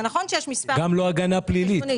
גם לא הגנה פלילית.